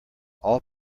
all